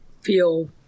feel